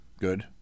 Good